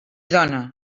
dona